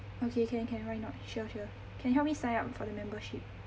okay can can why not sure sure can help me sign up for the membership